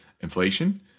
inflation